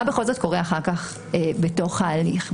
מה בכל זאת קורה אחר כך בתוך ההליך?